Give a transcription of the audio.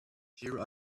here